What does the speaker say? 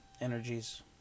energies